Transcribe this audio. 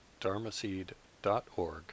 dharmaseed.org